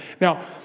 Now